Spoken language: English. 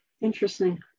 Interesting